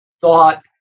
thought